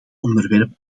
onderwerp